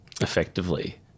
effectively